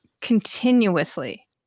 continuously